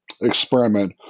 experiment